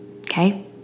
okay